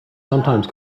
sometimes